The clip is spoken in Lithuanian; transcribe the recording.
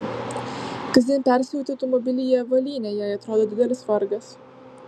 kasdien persiauti automobilyje avalynę jei atrodo didelis vargas